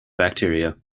bacteria